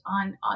on